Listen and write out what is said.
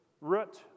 root